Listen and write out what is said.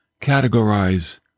categorize